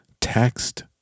text